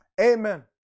amen